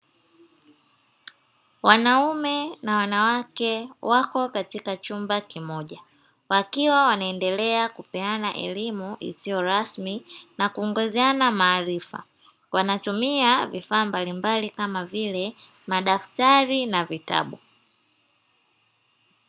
Wanaume na wanawake wako katika chumba kimoja, wakiwa wanaendelea kupeana elimu isiyo rasmi na kuongezeana maarifa wanatumia vifaa mbalimbali kama vile madaftari na vitabu.